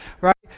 right